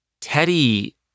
Teddy